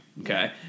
okay